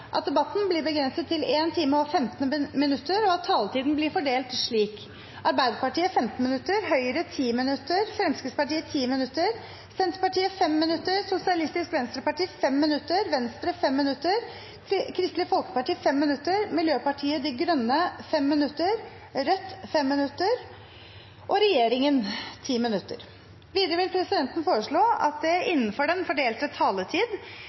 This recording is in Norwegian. at debatten blir begrenset til 1 time og 15 minutter, og at taletiden blir fordelt slik: Arbeiderpartiet 15 minutter, Høyre 10 minutter, Fremskrittspartiet 10 minutter, Senterpartiet 5 minutter, Sosialistisk Venstreparti 5 minutter, Venstre 5 minutter, Kristelig Folkeparti 5 minutter, Miljøpartiet De Grønne 5 minutter, Rødt 5 minutter og regjeringen 10 minutter. Videre vil presidenten foreslå at det – innenfor den fordelte taletid